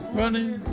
running